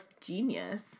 genius